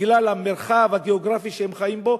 בגלל המרחב הגיאוגרפי שהם חיים בו,